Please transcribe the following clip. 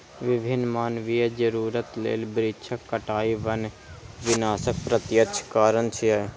विभिन्न मानवीय जरूरत लेल वृक्षक कटाइ वन विनाशक प्रत्यक्ष कारण छियै